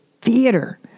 theater